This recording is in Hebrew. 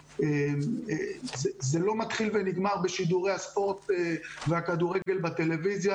זה לא מתחיל ונגמר בשידורי הספורט והכדורגל בטלוויזיה.